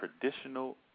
traditional